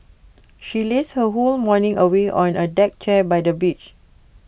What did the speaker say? she lazed her whole morning away on A deck chair by the beach